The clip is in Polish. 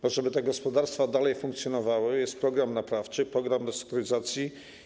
Po to żeby gospodarstwa dalej funkcjonowały, jest program naprawczy, program restrukturyzacji.